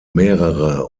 mehrere